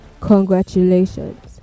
congratulations